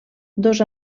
dos